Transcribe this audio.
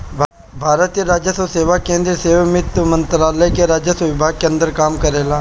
भारतीय राजस्व सेवा केंद्रीय सेवा वित्त मंत्रालय के राजस्व विभाग के अंदर काम करेला